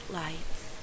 lights